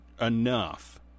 enough